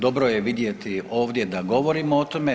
Dobro je vidjeti ovdje da govorimo o tome.